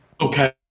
Okay